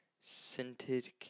Scented